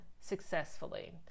successfully